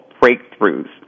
breakthroughs